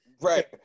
Right